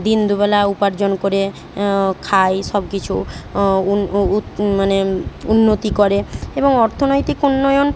দিন দুবেলা উপার্জন করে খায় সব কিছু উন উ উৎ মানে উন্নতি করে এবং অর্থনৈতিক উন্নয়ন